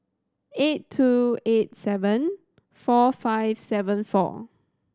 eight two eight seven four five seven four